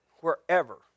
Wherever